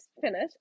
finish